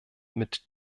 mit